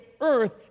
earth